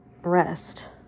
rest